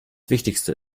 wichtigste